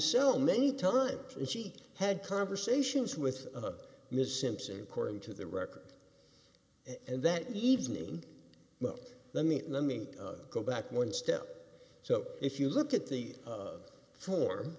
so many times and she had conversations with ms simpson according to the record and that evening well let me let me go back one step so if you look at the